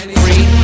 free